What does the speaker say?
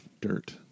dirt